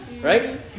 Right